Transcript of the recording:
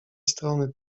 strony